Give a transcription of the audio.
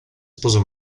sposò